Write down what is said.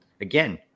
again